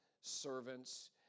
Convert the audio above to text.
servants